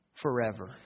forever